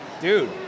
Dude